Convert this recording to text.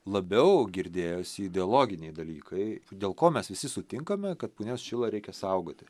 labiau girdėjosi ideologiniai dalykai dėl ko mes visi sutinkame kad punios šilą reikia saugoti